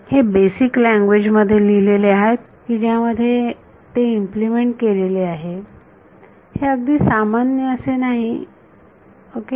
हे basic language मध्ये लिहिलेले आहेत की ज्या मध्ये ते इम्प्लिमेंट केलेले आहे हे हे अगदी सामान्य असे काही नाही ओके